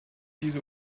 diese